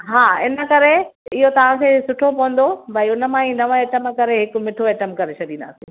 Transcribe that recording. हा इन करे इहो तव्हांखे सुठो पवंदो भई हुन मां ई नव आइटम करे हिकु मिठो आइटम करे छॾींदासीं